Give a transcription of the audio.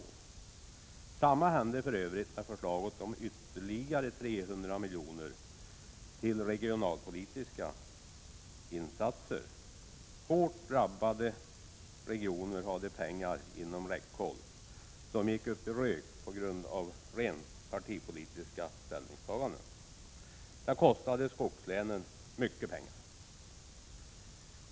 Detsamma hände för övrigt med förslaget om ytterligare 300 milj.kr. till regionalpolitiska insatser. Hårt drabbade regioner hade pengar inom räckhåll som gick upp i rök på grund av rent partipolitiska ställningstaganden. Det kostade skogslänen mycket pengar.